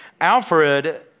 Alfred